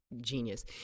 genius